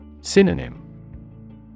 Synonym